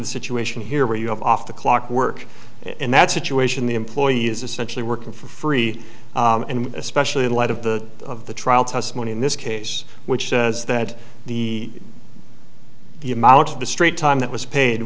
the situation here where you have off the clock work in that situation the employee is essentially working for free and especially in light of the of the trial testimony in this case which says that the the amount of the straight time that was paid